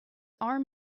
arm